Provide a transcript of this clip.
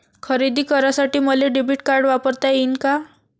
खरेदी करासाठी मले डेबिट कार्ड वापरता येईन का?